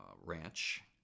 Ranch